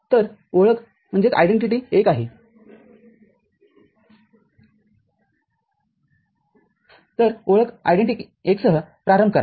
तर ओळख १ सह प्रारंभ करा